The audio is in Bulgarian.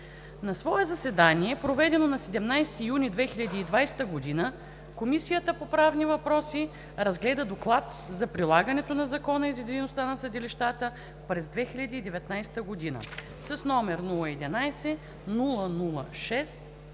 На свое заседание, проведено на 17 юни 2020 г., Комисията по правни въпроси разгледа Доклад за прилагането на закона и за дейността на съдилищата през 2019 г., № 011-00-6,